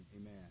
Amen